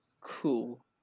Cool